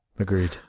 Agreed